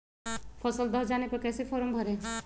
फसल दह जाने पर कैसे फॉर्म भरे?